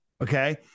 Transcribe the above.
Okay